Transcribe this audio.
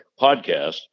podcast